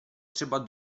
třeba